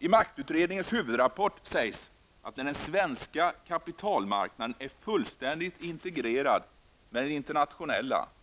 I maktutredningens huvudrapport sägs att när det svenska kapitalmarknaden är fullständigt integrerad med den internationella kapitalmarknaden,